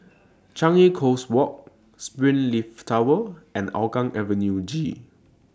Changi Coast Walk Springleaf Tower and Hougang Avenue G